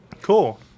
cool